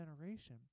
generation